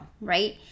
right